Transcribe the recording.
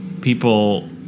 people